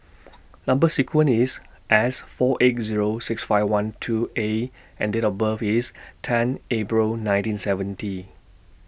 Number sequence IS S four eight Zero six five one two A and Date of birth IS ten April nineteen seventy